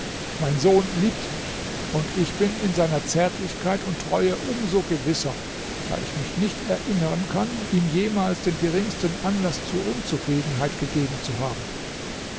mein sohn liebt mich und ich bin seiner zärtlichkeit und treue um so gewisser da ich mich nicht erinneren kann ihm jemals den geringsten anlaß zur unzufriedenheit gegeben zu haben